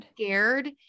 scared